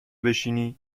بشینی